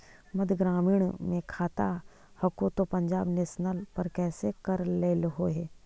मध्य ग्रामीण मे खाता हको तौ पंजाब नेशनल पर कैसे करैलहो हे?